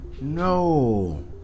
No